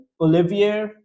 Olivier